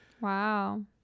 Wow